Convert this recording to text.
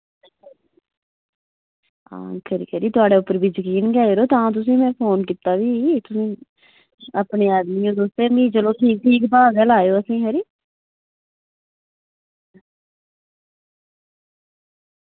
हां खरी खरी थुआढ़े उप्पर बी जकीन ऐ गै यरो तां तुसेंगी में फोन कीता फ्ही तुस अपने आदमी ओ तुस ते चलो मी ठीक ठीक भाऽ गै लाएओ असेंगी खरी